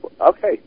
Okay